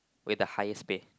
with the highest pay